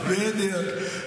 בדיוק.